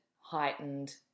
heightened